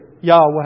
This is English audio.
Yahweh